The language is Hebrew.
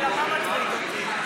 אלא מה מטריד אותי?